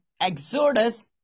Exodus